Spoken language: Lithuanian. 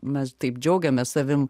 mes taip džiaugiamės savim